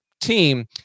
team